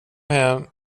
hem